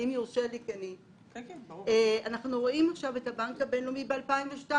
אנחנו רואים את הבנק הבינלאומי ב-2002,